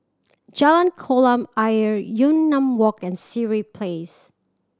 Jalan Kolam Ayer Yunnan Walk and Sireh Place